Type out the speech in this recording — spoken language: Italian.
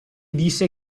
disse